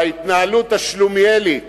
וההתנהלות השלומיאלית